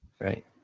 Right